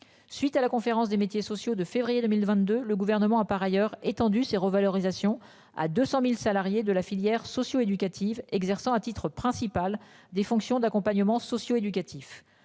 Suite à la conférence des métiers sociaux de février 2022, le gouvernement a par ailleurs étendu ces revalorisation à 200.000 salariés de la filière socio-éducative exerçant à titre principal des fonctions d'accompagnement socio-, éducatif